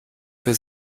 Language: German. für